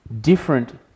different